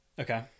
Okay